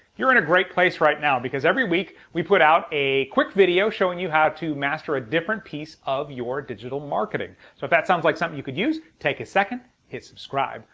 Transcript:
you're in a great place right now because every week we put out a quick video showing you how to master a different piece of your digital marketing. so if that sounds like something you could use take a second hit subscribe.